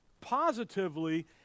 positively